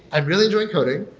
i'm really enjoying coding.